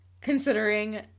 Considering